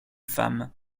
femmes